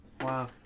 Wow